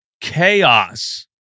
chaos